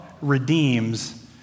redeems